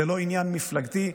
זה לא עניין מפלגתי,